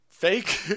Fake